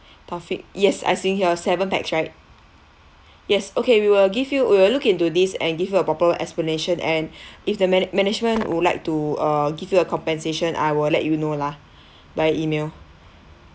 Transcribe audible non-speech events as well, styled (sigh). perfect yes I seeing here seven pax right yes okay we will give you we'll look into this and give you a proper explanation and (breath) if the mana~ management would like to uh give you a compensation I will let you know la by email